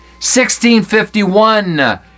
1651